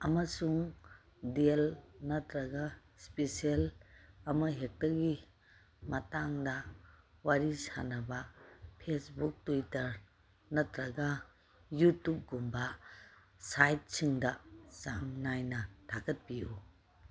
ꯑꯃꯁꯨꯡ ꯗꯦꯜ ꯅꯠꯇ꯭ꯔꯒ ꯏꯁꯄꯤꯁꯦꯜ ꯑꯃꯍꯦꯛꯇꯒꯤ ꯃꯇꯥꯡꯗ ꯋꯥꯔꯤ ꯁꯥꯟꯅꯕ ꯐꯦꯁꯕꯛ ꯇ꯭ꯋꯤꯇꯔ ꯅꯠꯇ꯭ꯔꯒ ꯌꯨꯇꯨꯞ ꯀꯨꯝꯕ ꯁꯥꯏꯠꯁꯤꯡꯗ ꯆꯥꯡ ꯅꯥꯏꯅ ꯊꯥꯒꯠꯄꯤꯎ